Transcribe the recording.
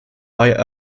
via